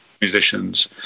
musicians